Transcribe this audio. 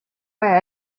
vaja